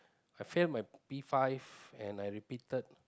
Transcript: I fail my P five and I repeated